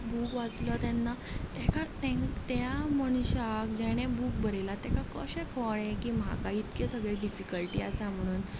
book वाचलो तेन्ना ताका त्या मणशाक जेणें बूक बरयला ताका कशें कळ्ळें की म्हाका इतकें सगळें डिफिकल्टी आसा म्हणून